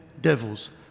devils